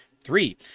Three